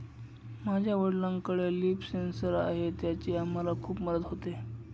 माझ्या वडिलांकडे leaf sensor आहे त्याची आम्हाला खूप मदत होते